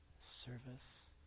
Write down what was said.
service